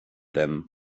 them